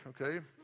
okay